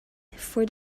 for